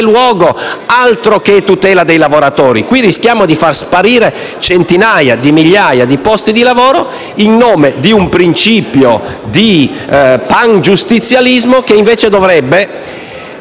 Altro che tutela dei lavoratori. Rischiamo di far sparire centinaia di migliaia di posti di lavoro in nome di un principio di pangiustizialismo che, invece, dovrebbe